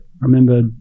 Remember